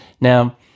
Now